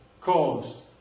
caused